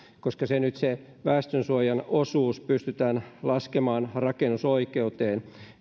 koska nyt se väestönsuojan osuus pystytään laskemaan rakennusoikeuteen